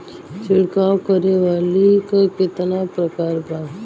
छिड़काव करे वाली क कितना प्रकार बा?